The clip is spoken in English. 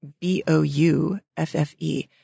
B-O-U-F-F-E